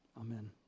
Amen